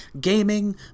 gaming